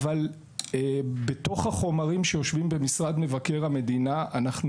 אבל בתוך החומרים שיושבים במשרד מבקר המדינה אנחנו